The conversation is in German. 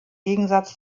gegensatz